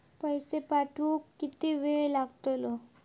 पैशे पाठवुक किती वेळ लागतलो?